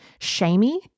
shamey